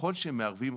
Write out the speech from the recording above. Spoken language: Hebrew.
ככל שמערבים,